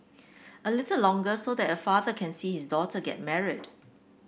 a little longer so that a father can see his daughter get married